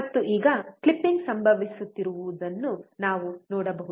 ಮತ್ತು ಈಗ ಕ್ಲಿಪಿಂಗ್ ಸಂಭವಿಸುತ್ತಿರುವುದನ್ನು ನಾವು ನೋಡಬಹುದು